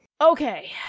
okay